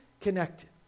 connected